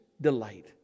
delight